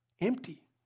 empty